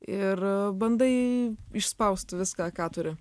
ir bandai išspaust viską ką turi